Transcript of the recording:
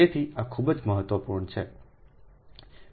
તેથી આ ખૂબ જ મહત્વપૂર્ણ છે